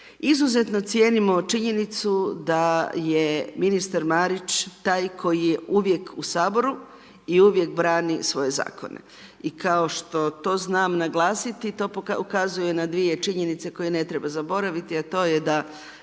Izuzetno cijenimo činjenicu da je ministar Marić taj koji je uvijek u Saboru i uvijek brani svoje zakone. I kao što to znam naglasiti to ukazuje na dvije činjenice koje ne treba zaboraviti a to je da